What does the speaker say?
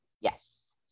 yes